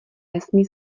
nesmí